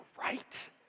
right